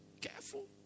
careful